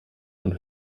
und